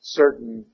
certain